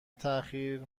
تاخیر